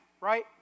right